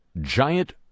Giant